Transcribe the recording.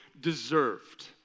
deserved